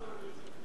זו.